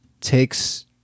takes